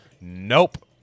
Nope